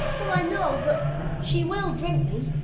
well i know, but she will drink me,